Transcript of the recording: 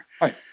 Hi